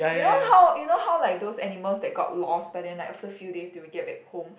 you know how you know how like those animals that got lost but then like after few days they will get back home